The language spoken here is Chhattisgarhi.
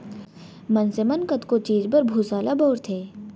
मनसे मन कतको चीज बर भूसा ल बउरथे